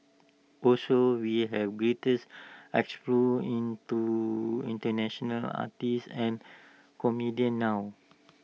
also we have greater explore into International artists and comedians now